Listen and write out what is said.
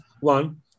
one